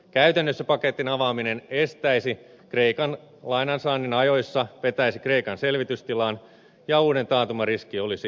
käytännössä paketin avaaminen estäisi kreikan lainansaannin ajoissa vetäisi kreikan selvitystilaan ja uuden taantuman riski olisi suuri